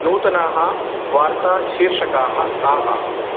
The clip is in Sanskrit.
नूतनाः वार्ताशिर्षकाः काः